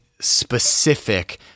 specific